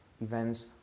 events